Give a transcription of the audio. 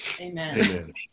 Amen